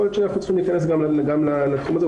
יכול להיות שאנחנו צריכים להיכנס גם לתחום הזה.